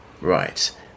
Right